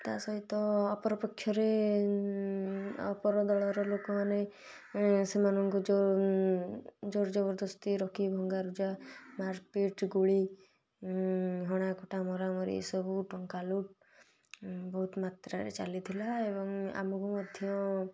ତା ସହିତ ଅପର ପକ୍ଷ ରେ ଅପର ଦଳର ଲୋକ ମାନେ ସେମାନଙ୍କୁ ଯେଉଁ ଜୋର ଜବରଦସ୍ତୀ ରଖି ଭଙ୍ଗାରୁଜା ମାରପିଟ ଗୁଳି ହଣାକଟା ମରାମରି ଏ ସବୁ ଟଙ୍କା ଲୁଟ ବହୁତ ମାତ୍ରାରେ ଚାଲିଥିଲା ଏବଂ ଆମକୁ ମଧ୍ୟ